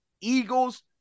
Eagles